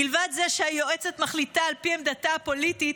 מלבד זה שהיועצת מחליטה על פי עמדתה הפוליטית,